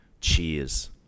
Cheers